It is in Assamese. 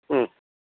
ওম